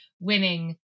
winning